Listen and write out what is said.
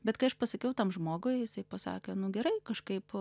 bet kai aš pasakiau tam žmogui jisai pasakė nu gerai kažkaip